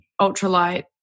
ultralight